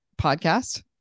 podcast